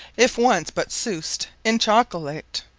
if once but sous'd in chocolate.